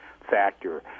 factor